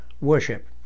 worship